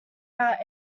out